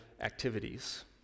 activities